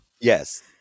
Yes